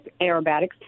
aerobatics